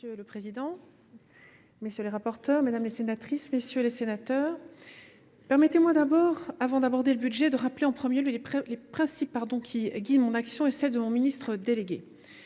Monsieur le président, messieurs les rapporteurs, mesdames, messieurs les sénateurs, permettez moi d’abord, avant d’aborder le budget, de rappeler en premier lieu les principes qui guident mon action et celle de mon ministre délégué.